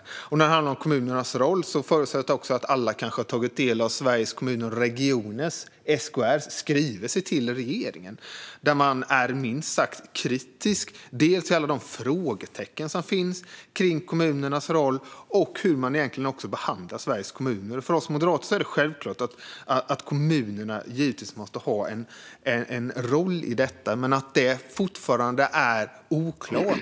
Vidare när det gäller kommunernas roll förutsätter jag att alla har tagit del av Sveriges Kommuner och Regioners, SKR:s, skrivelse till regeringen, där man är minst sagt kritisk dels till alla de frågetecken som finns kring kommunernas roll, dels till hur Sveriges kommuner egentligen behandlas. För oss moderater är det självklart att kommunerna måste ha en roll i detta, men den är tydligen fortfarande oklar.